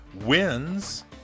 wins